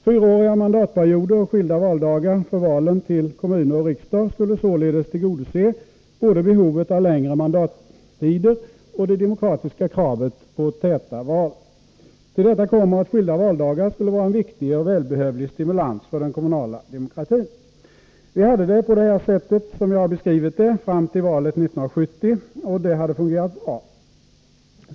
Fyraåriga mandatperioder och skilda valdagar för valen till kommuner och riksdagen skulle således tillgodose både behovet av längre mandattider och det demokratiska kravet på täta val. Till detta kommer att skilda valdagar skulle vara en viktig och välbehövlig stimulans för den kommunala demokratin. Vi hade det på det sätt som jag har beskrivit fram till valet 1970, och det hade fungerat bra.